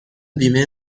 بیمه